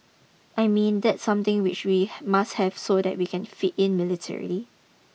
I mean that's something which we must have so that we can fit in military